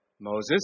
Moses